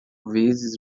vezes